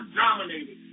dominated